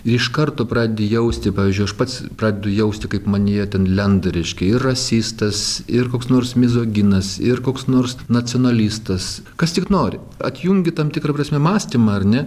iš karto pradedi jausti pavyzdžiui aš pats pradedu jausti kaip manyje ten lenda reiškia ir rasistas ir koks nors mizoginas ir koks nors nacionalistas kas tik nori atjungi tam tikra prasme mąstymą ar ne